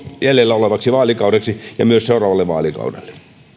jäljellä olevaksi vaalikaudeksi ja myös seuraavalle vaalikaudelle